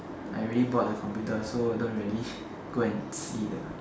I already bought the computer so I don't really go and see lah